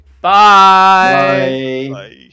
Bye